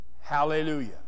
hallelujah